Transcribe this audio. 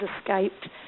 escaped